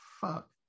fuck